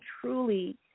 truly